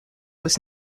was